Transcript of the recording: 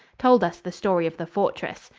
told us the story of the fortress.